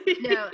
No